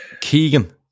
Keegan